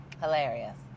Hilarious